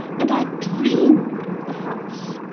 and i dreamed of the house.